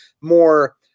more